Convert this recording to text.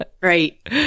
Right